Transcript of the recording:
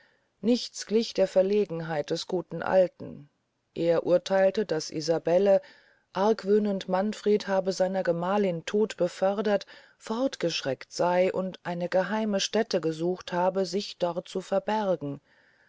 nichts glich der verlegenheit des guten alten er urtheilte daß isabelle argwöhnend manfred habe seiner gemahlin tod befördert fortgeschreckt sey und eine geheime stäte gesucht habe sich dort zu verbergen